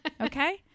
okay